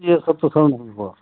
ये सब तो हुआ